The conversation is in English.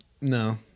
No